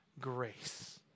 grace